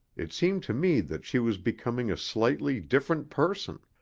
it seemed to me that she was becoming a slightly different person.